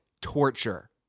torture